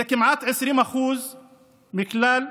זה כמעט 20% מכלל הנהרגים,